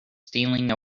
stealing